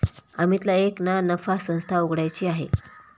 अमितला एक ना नफा संस्था उघड्याची आहे